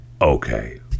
okay